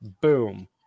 boom